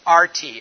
RT